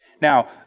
Now